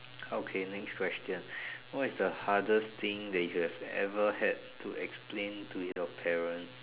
okay next question what is the hardest thing that you ever had to explain to your parents